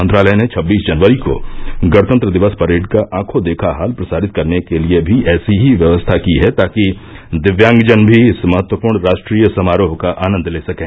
मंत्रालय ने छब्बीस जनवरी को गणतंत्र दिवस परेड का आंखों देखा हाल प्रसारित करने के लिए भी ऐसी ही व्यवस्था की है ताकि दिव्यांगजन भी इस महत्वपूर्ण राष्ट्रीय समारोह का आनंद ले सकें